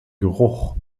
geruch